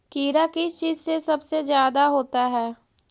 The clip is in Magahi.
कीड़ा किस चीज से सबसे ज्यादा होता है?